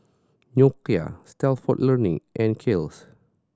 Nokia Stalford Learning and Kiehl's